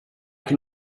can